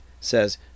says